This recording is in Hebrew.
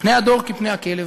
פני הדור כפני הכלב,